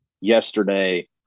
yesterday